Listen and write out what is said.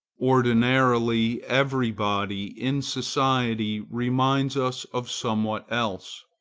ordinarily, every body in society reminds us of somewhat else,